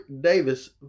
Davis